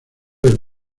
del